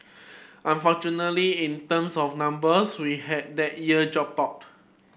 unfortunately in terms of numbers we had that year drop out